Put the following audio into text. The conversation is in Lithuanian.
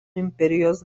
imperijos